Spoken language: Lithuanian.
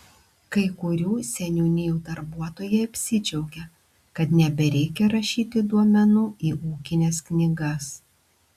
kai kurių seniūnijų darbuotojai apsidžiaugė kad nebereikia rašyti duomenų į ūkines knygas